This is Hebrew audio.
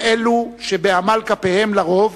הם אלו שבעמל כפיהם לרוב,